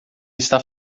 está